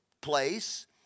place